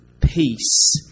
peace